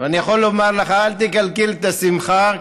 אני יכול לומר לך, אל תקלקל את השמחה.